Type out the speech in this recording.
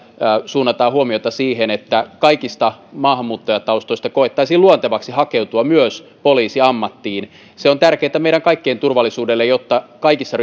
suunnataan huomiota siihen että kaikista maahanmuuttajataustoista koettaisiin luontevaksi hakeutua myös poliisiammattiin se on tärkeätä meidän kaikkien turvallisuudelle jotta kaikissa